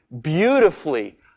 beautifully